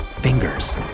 fingers